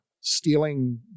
stealing